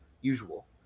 usual